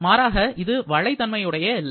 மாறாக இது வளைதன்மையுடைய எல்லை